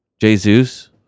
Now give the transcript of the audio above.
Jesus